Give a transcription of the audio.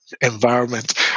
environment